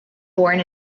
born